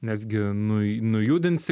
nes gi nu nujudinsi